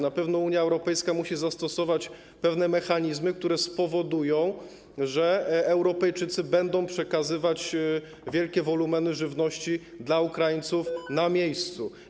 Na pewno Unia Europejska musi zastosować pewne mechanizmy, które spowodują, że Europejczycy będą przekazywać wielkie wolumeny żywności dla Ukraińców na miejscu.